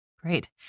Great